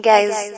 Guys